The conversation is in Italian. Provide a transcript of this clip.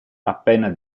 appena